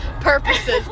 purposes